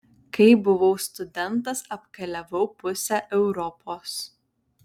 kai buvau studentas apkeliavau pusę europos